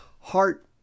heart